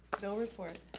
no report.